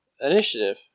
initiative